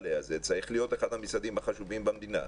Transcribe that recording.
הדלדלה הזה צריך להיות אחד המשרדים החשובים במדינה,